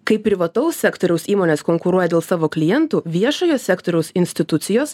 kai privataus sektoriaus įmonės konkuruoja dėl savo klientų viešojo sektoriaus institucijos